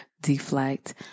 deflect